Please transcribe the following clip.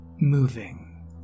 moving